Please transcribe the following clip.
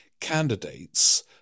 candidates